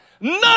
none